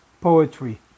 poetry